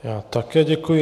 Já také děkuji.